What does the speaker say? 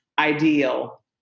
ideal